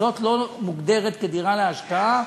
זו לא מוגדרת כדירה להשקעה.